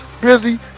busy